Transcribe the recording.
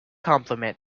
compliment